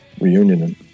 reunion